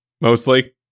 mostly